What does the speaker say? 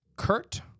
Kurt